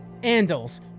Andals